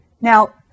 Now